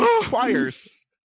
choirs